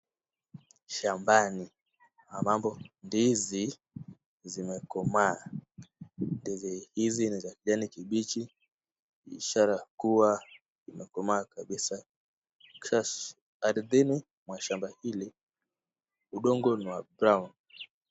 Shambani ambamo ndizi zimekomaa, ndizi hizi ni za kijani kibichi ishara kuwa zimekomaa kabisa. Ardhini mwa shamba hili udongo ni wa(cs)brown(cs).